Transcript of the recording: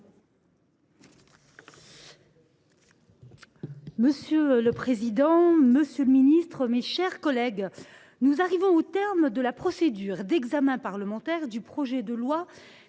Monsieur le président, monsieur le ministre délégué, mes chers collègues, nous arrivons au terme de la procédure d’examen parlementaire du projet de loi